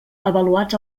avaluats